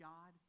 God